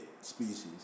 species